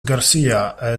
garcia